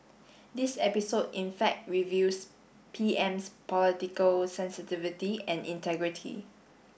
this episode in fact reveals P M's political sensitivity and integrity